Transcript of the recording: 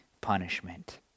punishment